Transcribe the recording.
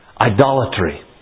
Idolatry